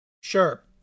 Sure